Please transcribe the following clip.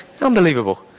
Unbelievable